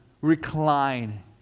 recline